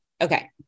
okay